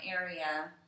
area